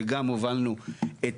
וגם הובלנו את